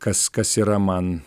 kas kas yra man